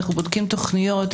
בודקים תוכניות,